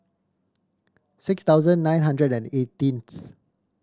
six thousand nine hundred and eighteenth